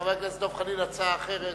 חבר הכנסת דב חנין, הצעה אחרת.